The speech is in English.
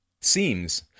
seems